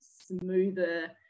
smoother